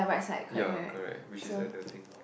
ya correct which is at the thing